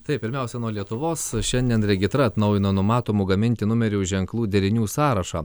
taip pirmiausia nuo lietuvos šiandien regitra atnaujino numatomų gaminti numerių ženklų derinių sąrašą